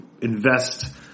invest